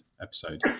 episode